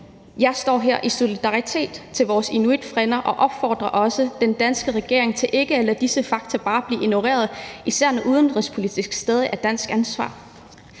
jeg her i solidaritet med vores inuitfrænder og opfordrer også den danske regering til ikke bare at lade disse fakta blive ignoreret, især når udenrigspolitikken stadig er et dansk ansvar.